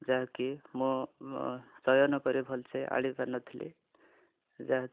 ଯାହାକି ମୁଁ ଚୟନ କରି ଭଲସେ ଆଣିପାରି ନଥିଲି ଯାହା